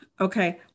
Okay